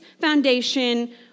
foundation